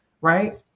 right